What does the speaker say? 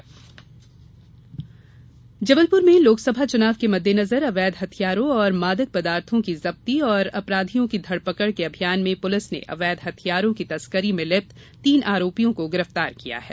police अभियान जबलपुर में लोकसभा चुनाव के मद्देनजर अवैध हथियारों एवं मादक पदार्थो की जप्ती और अपराधियों की धरपकड़ के अभियान में पुलिस ने अवैध हथियारों की तस्करी में लिप्त तीन आरोपियों को गिरफ्तार किया है